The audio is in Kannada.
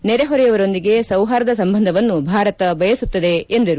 ನೆರೆಹೊರೆಯವರೊಂದಿಗೆ ಸೌಹಾರ್ದ ಸಂಬಂಧವನ್ನು ಭಾರತ ಬಯಸುತ್ತದೆ ಎಂದರು